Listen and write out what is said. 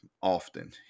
often